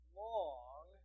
long